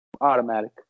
Automatic